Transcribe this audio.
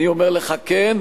אני אומר לך: כן,